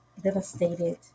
devastated